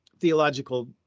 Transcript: theological